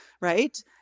right